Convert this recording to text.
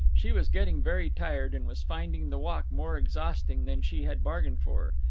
she was getting very tired, and was finding the walk more exhausting than she had bargained for.